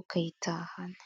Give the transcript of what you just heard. ukayitahana.